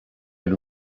had